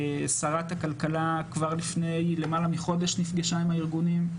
שרת הכלכלה כבר לפני למעלה מחודש נפגשה עם הארגונים.